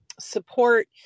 support